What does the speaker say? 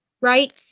right